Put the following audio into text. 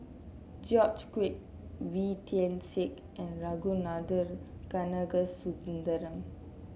George Quek Wee Tian Siak and Ragunathar Kanagasuntheram